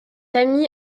ami